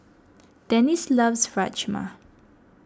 Dennis loves Rajma